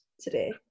today